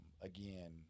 again